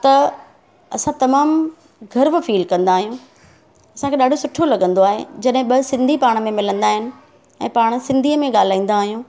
त असां तमामु गर्व फील कंदा अहियूं असांखे ॾाढो सुठो लॻंदो आहे जॾहिं ॿ सिंधी पाण में मिलंदा आहिनि ऐं पाण सिंधीअ में ॻाल्हाईंदा आहियूं